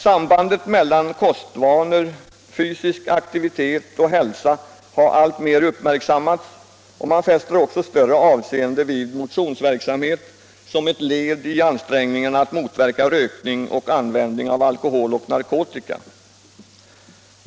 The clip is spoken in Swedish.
Sambandet mellan kostvanor, fysisk aktivitet och hälsa har alltmer uppmärksammats, och man fäster också större avseende vid motionsverksamhet som ett led i ansträngningarna att motverka rökning och användning av alkohol och narkotika.